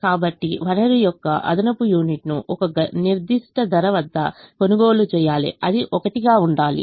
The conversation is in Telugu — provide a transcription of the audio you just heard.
కాబట్టి వనరు యొక్క అదనపు యూనిట్ ను ఒక నిర్దిష్ట ధర వద్ద కొనుగోలు చేయాలి అది 1 గా ఉండాలి